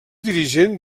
dirigent